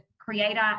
creator